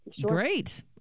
Great